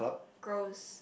gross